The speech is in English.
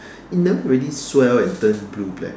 it never really swell and turn blue black